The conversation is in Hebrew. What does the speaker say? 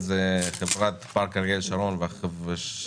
חברת פארק אריאל שרון וחברת